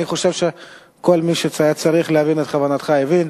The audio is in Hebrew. אני חושב שכל מי שהיה צריך להבין את כוונתך, הבין.